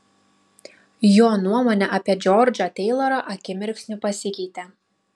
jo nuomonė apie džordžą teilorą akimirksniu pasikeitė